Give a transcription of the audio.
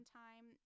time